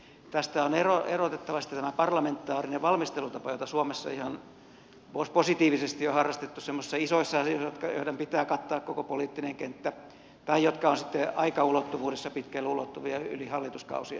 tästä on erotettava sitten tämä parlamentaarinen valmistelutapa jota suomessa ihan positiivisesti on harrastettu semmoisissa isoissa asioissa joiden pitää kattaa koko poliittinen kenttä tai jotka ovat sitten aikaulottuvuudessa pitkälle ulottuvia yli hallituskausien